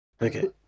okay